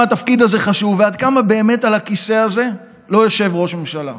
התפקיד הזה חשוב ועד כמה באמת על הכיסא הזה לא יושב ראש ממשלה.